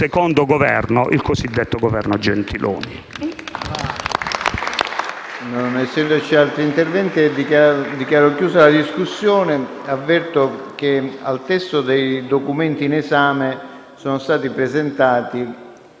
suo secondo Governo, il cosiddetto Governo Gentiloni.